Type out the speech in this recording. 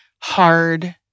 hard